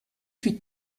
plus